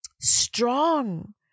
strong